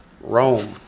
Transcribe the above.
Rome